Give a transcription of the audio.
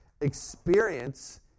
experience